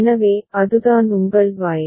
எனவே அதுதான் உங்கள் Y